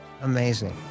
Amazing